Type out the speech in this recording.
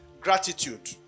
gratitude